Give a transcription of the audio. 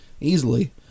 easily